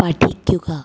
പഠിക്കുക